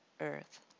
earth